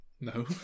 No